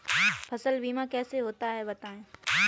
फसल बीमा कैसे होता है बताएँ?